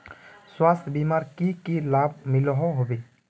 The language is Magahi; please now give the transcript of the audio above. स्वास्थ्य बीमार की की लाभ मिलोहो होबे?